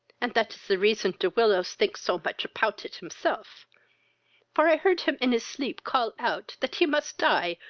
and that is the reason de willows thinks so much apout it himself for i heard him in his sleep call out, that he must die,